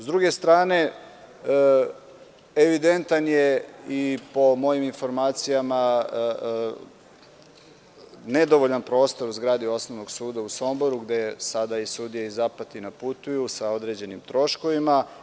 S druge strane evidentan je i po mojim informacija nedovoljan prostor u zgradi Osnovnog suda u Somboru, gde sada i sudije iz Apatina putuju, sa određenim troškovima.